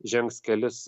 žengs kelis